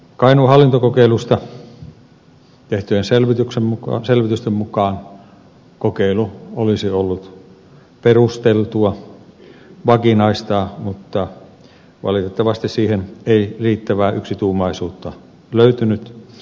kainuun hallintokokeilusta tehtyjen selvitysten mukaan kokeilu olisi ollut perusteltua vakinaistaa mutta valitettavasti siihen ei riittävää yksituumaisuutta löytynyt